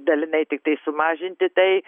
dalinai tiktai sumažinti tai